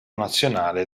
nazionale